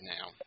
now